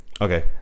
Okay